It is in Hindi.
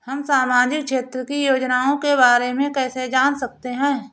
हम सामाजिक क्षेत्र की योजनाओं के बारे में कैसे जान सकते हैं?